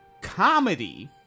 comedy